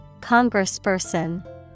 Congressperson